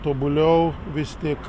tobuliau vis tik